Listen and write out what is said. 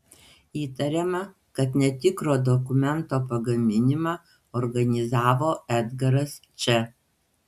įtariama kad netikro dokumento pagaminimą organizavo edgaras č